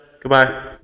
Goodbye